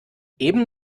eben